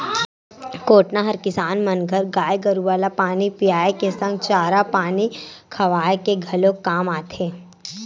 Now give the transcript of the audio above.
कोटना हर किसान मन घर गाय गरुवा ल पानी पियाए के संग चारा पानी खवाए के घलोक काम आथे